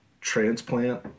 transplant